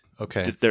Okay